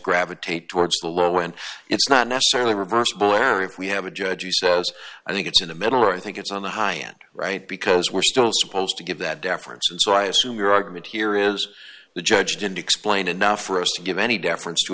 gravitate towards the low end it's not necessarily reversible if we have a judge who says i think it's in the middle or i think it's on the high end right because we're still supposed to give that deference so i assume your argument here is the judge didn't explain enough for us to give any deference to